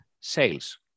sales